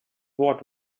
what